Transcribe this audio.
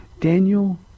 daniel